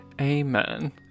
Amen